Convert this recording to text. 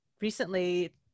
recently